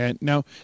Now